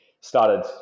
started